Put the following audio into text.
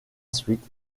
suite